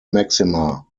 maxima